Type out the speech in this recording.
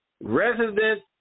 resident